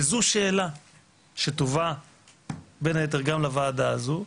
וזו שאלה שטובה בין היתר גם לוועדה הזאת.